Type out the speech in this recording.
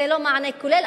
זה לא מענה כולל,